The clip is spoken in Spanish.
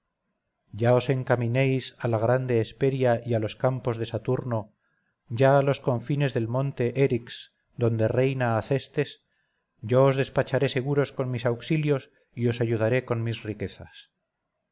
ya os encaminéis a la grande hesperia y a los campos de saturno ya a los confines del monte érix donde reina acestes yo os despacharé seguros con mis auxilios y os ayudaré con mis riquezas